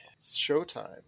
showtime